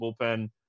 bullpen